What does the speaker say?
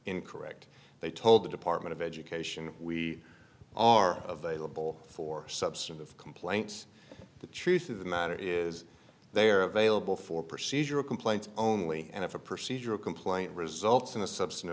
incorrect they told the department of education we are available for substantive complaints the truth of the matter is they are available for procedural complaints only and if a procedural complaint results in a sub